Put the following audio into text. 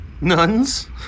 Nuns